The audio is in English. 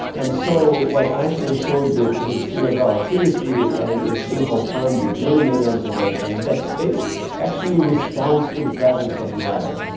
and so what einstein showed with his theory of relativity, and it's been confirmed with many, many observations, that space actually responds to the presence of matter.